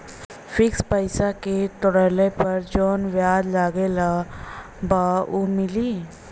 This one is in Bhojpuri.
फिक्स पैसा के तोड़ला पर जवन ब्याज लगल बा उ मिली?